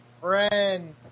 friend